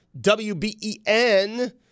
WBEN